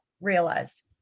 realize